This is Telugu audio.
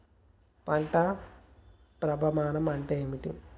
పంట భ్రమణం అంటే ఏంటి?